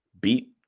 beat